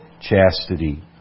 chastity